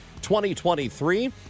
2023